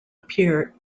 appear